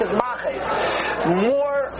more